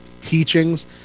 teachings